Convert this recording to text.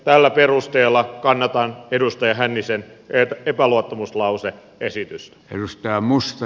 tällä perusteella kannatan edustaja hännisen epäluottamuslause esitystä